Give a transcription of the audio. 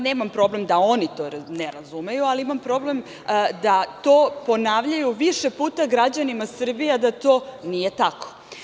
Nemam problem da oni to ne razumeju, ali imam problem da to ponavljaju više puta građanima Srbije, a da to nije tako.